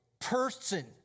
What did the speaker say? person